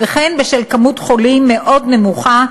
וכן בשל כמות חולים מאוד נמוכה,